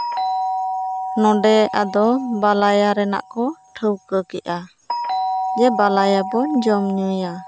ᱱᱚᱰᱮ ᱟᱫᱚ ᱵᱟᱞᱟᱭᱟ ᱨᱮᱭᱟᱜ ᱠᱚ ᱴᱷᱟᱹᱣᱠᱟᱹ ᱠᱮᱜᱼᱟ ᱡᱮ ᱵᱟᱞᱟᱭ ᱵᱚᱱ ᱡᱚᱱ ᱧᱩᱭᱟ